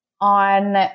on